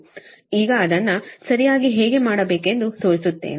ಈಗ ಅದನ್ನು ಸರಿಯಾಗಿ ಹೇಗೆ ಮಾಡಬೇಕೆಂದು ತೋರಿಸುತ್ತೇನೆ